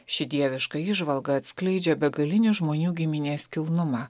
ši dieviška įžvalga atskleidžia begalinį žmonių giminės kilnumą